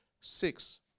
Six